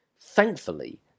Thankfully